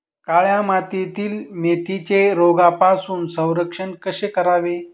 काळ्या मातीतील मेथीचे रोगापासून संरक्षण कसे करावे?